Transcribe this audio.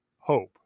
Hope